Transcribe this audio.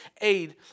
aid